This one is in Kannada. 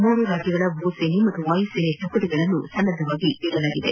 ಮೂರೂ ರಾಜ್ಯಗಳ ಭೂಸೇನೆ ಹಾಗೂ ವಾಯುಸೇನೆ ತುಕಡಿಗಳನ್ನು ಸನ್ನದ್ದವಾಗಿದಲಾಗಿದೆ